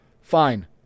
Fine